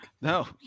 No